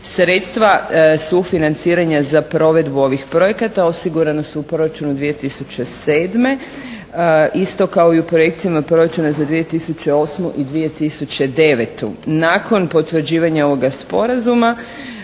Sredstva sufinanciranja za provedbu ovih projekata osigurana su u proračunu 2007. Isto kao i u projekcijama proračuna za 2008. i 2009. Nakon potvrđivanja ovoga sporazuma